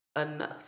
enough